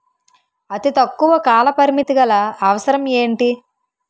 అతి తక్కువ కాల పరిమితి గల అవసరం ఏంటి